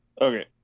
Okay